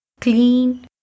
clean